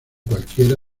cualquiera